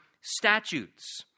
statutes